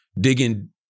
digging